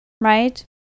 right